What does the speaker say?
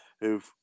who've